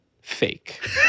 fake